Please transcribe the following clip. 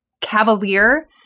cavalier